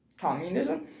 Communism